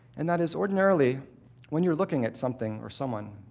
and that is, ordinarily when you're looking at something or someone,